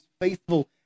faithful